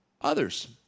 others